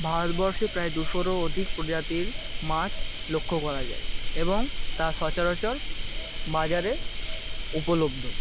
ভারতবর্ষে প্রায় দুশোরও অধিক প্রজাতির মাছ লক্ষ্য করা যায় এবং তা সচরাচর বাজারে উপলব্ধ